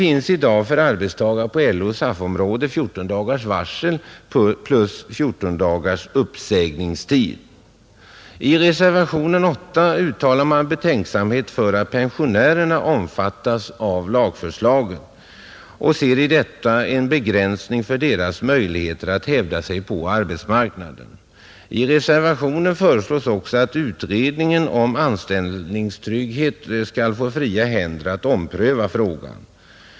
För arbetstagare på LO och SAF-området gäller i dag 14 dagars varsel plus 14 dagars uppsägningstid. I reservationen 8 uttalar man betänksamhet för att pensionärerna omfattas av lagförslaget och ser i detta en begränsning av deras möjligheter att hävda sig på arbetsmarknaden, I reservationen föreslås att utredningen om anställningstrygghet skall få fria händer att ompröva frågan.